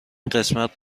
قسمت